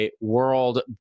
world